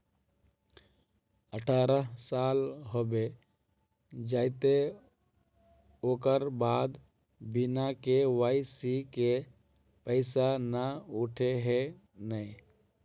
अठारह साल होबे जयते ओकर बाद बिना के.वाई.सी के पैसा न उठे है नय?